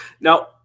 Now